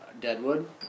Deadwood